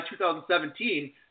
2017